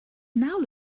now